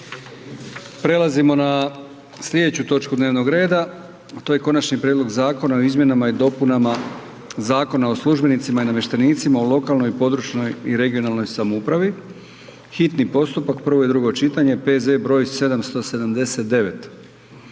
**Jandroković, Gordan (HDZ)** Konačni prijedlog zakona o izmjenama i dopunama Zakona o službenicima i namještenicima u lokalnoj i područnoj (regionalnoj) samoupravi, hitni postupak, prvo i drugo čitanje, P.Z. br. 779.,